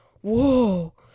whoa